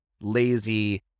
lazy